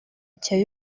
cya